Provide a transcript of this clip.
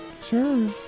Sure